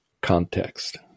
context